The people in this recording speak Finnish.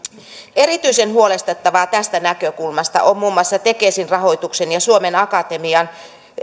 erityisen huolestuttavaa tästä näkökulmasta on muun muassa tekesin rahoituksen ja suomen akatemian